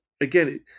again